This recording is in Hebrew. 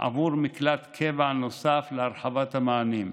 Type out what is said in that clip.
עבור מקלט קבע נוסף להרחבת המענים.